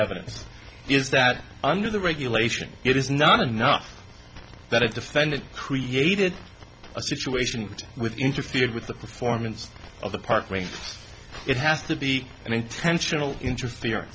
evidence is that under the regulation it is not enough that i've defended created a situation with interfered with the performance of the park ranger it has to be an intentional interfere